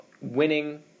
winning